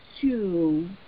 two